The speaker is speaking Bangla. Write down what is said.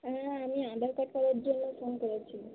হ্যাঁ আমি আঁধার কার্ড করার জন্য ফোন করেছিলাম